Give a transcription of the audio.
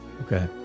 okay